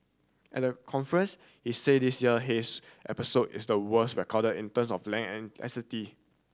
at the conference he said this year haze episode is the worst recorded in term of length and intensity